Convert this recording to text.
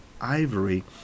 ivory